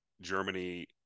Germany